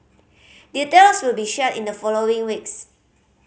details will be shared in the following weeks